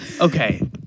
Okay